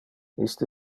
iste